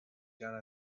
done